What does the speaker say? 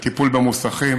בטיפול במוסכים,